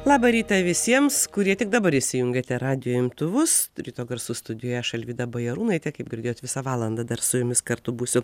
labą rytą visiems kurie tik dabar įsijungėte radijo imtuvus ryto garsų studijoj aš alvyda bajarūnaitė kaip girdėjot visą valandą dar su jumis kartu būsiu